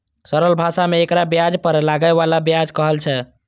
सरल भाषा मे एकरा ब्याज पर लागै बला ब्याज कहल छै